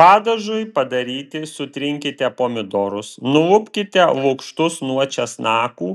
padažui padaryti sutrinkite pomidorus nulupkite lukštus nuo česnakų